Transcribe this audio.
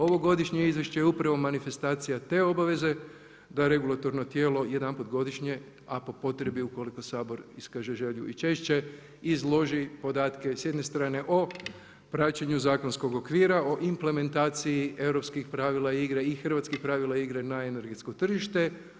Ovogodišnje izvješće upravo manifestacija te obaveze, da regulatorno tijelo jedanput godišnje, a po potrebi ukoliko Sabor iskaže želju i češće izloži podatke s jedne strane o praćenju zakonskog okvira, o implementaciji europskih pravila i igre, i hrvatskih pravila igre na energetsko tržište.